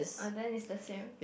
uh then is the same